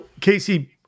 Casey